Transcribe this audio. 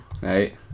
Right